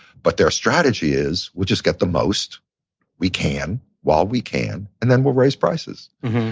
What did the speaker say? but their strategy is, we'll just get the most we can while we can, and then we'll raise prices.